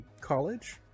college